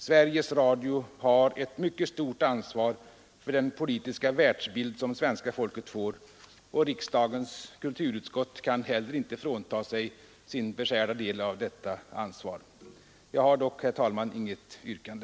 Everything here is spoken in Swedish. Sveriges Radio har ett mycket stort ansvar för den politiska världsbild som svenska folket får, och riksdagens kulturutskott kan heller inte frånta sig sin beskärda del av samma ansvar. Jag har dock, herr talman, inget yrkande.